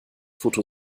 foto